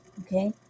okay